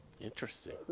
Interesting